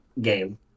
game